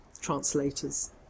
translator's